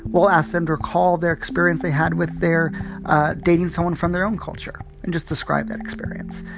we'll ask them to recall their experience they had with their dating someone from their own culture and just describe that experience.